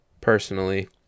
personally